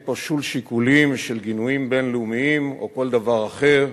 אין פה שום שיקולים של גינויים בין-לאומיים או כל דבר אחר